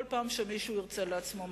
כל פעם שמישהו ירצה לעצמו משהו.